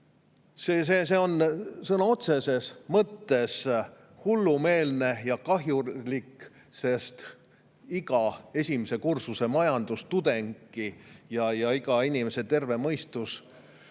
See on sõna otseses mõttes hullumeelne ja kahjulik. Iga esimese kursuse majandustudeng ja iga terve mõistusega